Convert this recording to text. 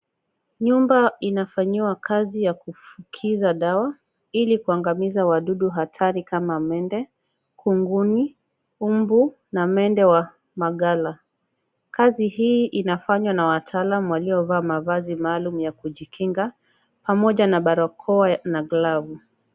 Nyumba inafanyiwa kazi ya kufukiza dawa, ili kuangamiza wadudu hatari kama mende, kunguni, mbu, na mende wa maghala. Kazi hii inafanywa na wataalamu waliovaa mavazi maalum ya kujikinga, pamoja na barakoa na glavu.